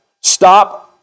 Stop